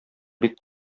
бик